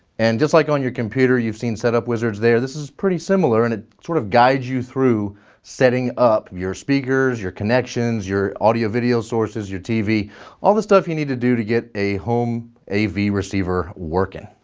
and just like on your computer you've seen setup wizards there this is pretty similar and it sort of guides you through setting up your speakers, your connections, your audio video sources, your tv, and all the stuff you need to do to get a home a v receiver working.